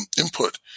input